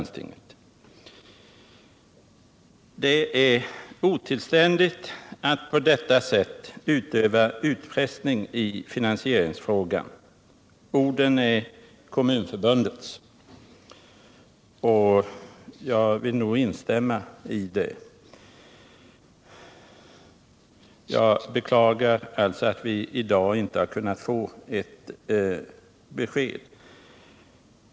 Det är otillständigt att på detta sätt utöva utpressning i finansieringsfrågan - orden är Kommunförbundets, och jag vill instämma i dem. Jag beklagar alltså att vi i dag inte har kunnat få ett besked.